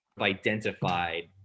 identified